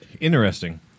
Interesting